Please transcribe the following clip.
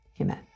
Amen